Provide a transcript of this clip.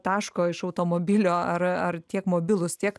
taško iš automobilio ar ar tiek mobilūs tiek